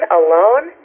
alone